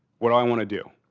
what do i want to do?